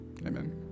Amen